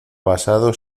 pasado